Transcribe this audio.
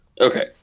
Okay